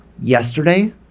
Yesterday